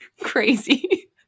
crazy